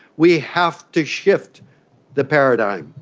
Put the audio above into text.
we have to shift the paradigm.